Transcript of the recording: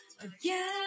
Again